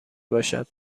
باشد